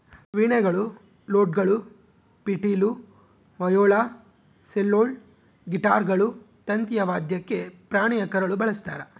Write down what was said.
ವೀಣೆಗಳು ಲೂಟ್ಗಳು ಪಿಟೀಲು ವಯೋಲಾ ಸೆಲ್ಲೋಲ್ ಗಿಟಾರ್ಗಳು ತಂತಿಯ ವಾದ್ಯಕ್ಕೆ ಪ್ರಾಣಿಯ ಕರಳು ಬಳಸ್ತಾರ